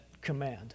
command